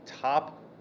top